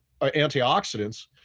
antioxidants